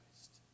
Christ